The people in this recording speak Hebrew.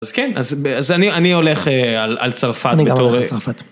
אז כן, אז אני הולך על צרפת בתור... אני גם הולך על צרפת.